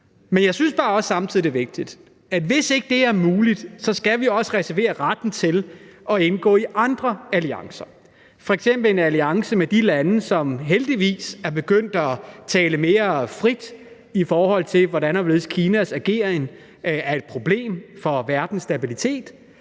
Men jeg synes bare også samtidig, det er vigtigt, at hvis det ikke er muligt, skal vi reservere retten til at indgå i andre alliancer, f.eks. en alliance med de lande, som heldigvis er begyndt at tale mere frit om, at Kinas ageren er et problem for verdens stabilitet.